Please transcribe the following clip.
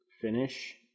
finish